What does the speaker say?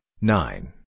nine